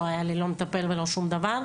לא היה לי לא מטפל ולא שום דבר.